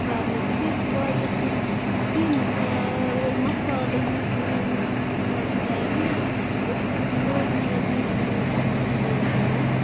کَرنہٕ تہٕ بیٚیہ چھ واریاہ کیٚنٛہہ تِم مَسالہٕ یِم یِمَن منٛز اِستعمال چھ کَران یِم نہٕ أسۍ روزمَرَہ زِندَگی منٛز چھ اِستعمال کَران